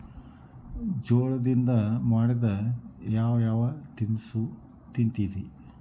ಜೋಳದಿಂದ ಮಾಡಿದ ಯಾವ್ ಯಾವ್ ತಿನಸು ತಿಂತಿರಿ?